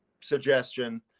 suggestion